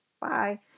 bye